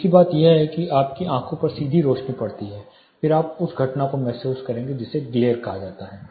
दूसरी बात यह है कि आपकी आंख पर सीधी रोशनी पड़ती है फिर आप उसी घटना को महसूस करेंगे जिसे ग्लेर कहा जाता है